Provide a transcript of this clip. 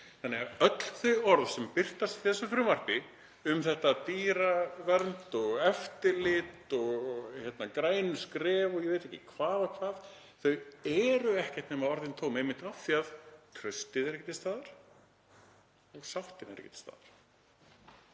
fyrir? Öll þau orð sem birtast í þessu frumvarpi um dýravernd og eftirlit og græn skref og ég veit ekki hvað og hvað eru ekkert nema orðin tóm einmitt af því að traustið er ekki til staðar og sáttin er ekki til staðar.